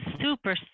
super